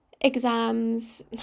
Exams